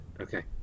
Okay